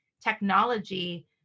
technology